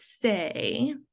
say